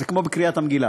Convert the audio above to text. זה כמו בקריאת המגילה.